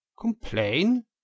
Complain